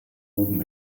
oben